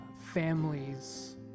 families